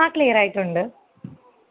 ആ ക്ലീയറായിട്ടുണ്ട്